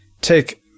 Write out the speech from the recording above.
take